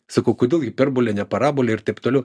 sakau kodėl hiperbolene parabole ir taip toliau